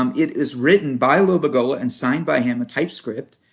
um it is written by lobagola and signed by him, a typed script,